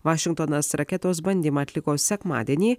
vašingtonas raketos bandymą atliko sekmadienį